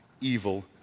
evil